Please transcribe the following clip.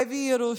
יעברו,